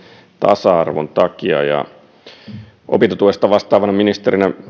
tasa arvon takia opintotuesta vastaavana ministerinä